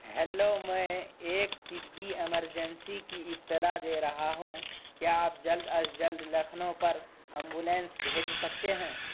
hello میں ایک طبعی ایمرجنسی کی اطلاع دے رہا ہوں کیا آپ جلد از جلد لکھنؤ پر ایمبولینس بھیج سکتے ہیں